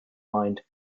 mind